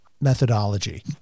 methodology